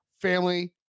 family